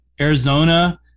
Arizona